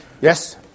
Yes